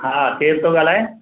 हा केर थो ॻाल्हाए